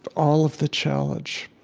all of the challenge.